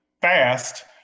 fast